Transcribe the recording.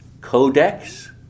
Codex